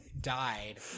died